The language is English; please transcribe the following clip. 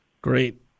Great